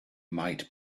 might